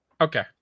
okay